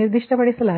ನಿರ್ದಿಷ್ಟಪಡಿಸಲಾಗಿದೆ